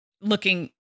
looking